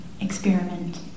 experiment